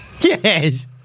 Yes